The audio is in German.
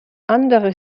andere